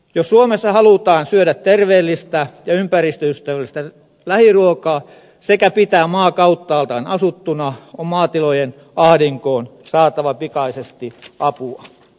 jos suomessa halutaan syödä terveellistä ja ympäristöystävällistä lähiruokaa sekä pitää maa kauttaaltaan asuttuna on maatilojen ahdinkoon saatava pikaisesti apua